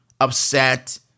upset